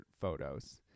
photos